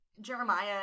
Jeremiah